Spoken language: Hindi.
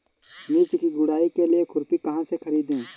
मिर्च की गुड़ाई के लिए खुरपी कहाँ से ख़रीदे?